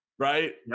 right